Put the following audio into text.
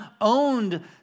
owned